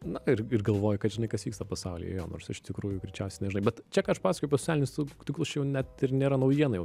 na ir ir galvoji kad žinai kas vyksta pasaulyje jo nors iš tikrųjų greičiausiai nežinai bet čia ką aš pasakojau apie socialinius tinklus čia jau net ir nėra naujiena jau mes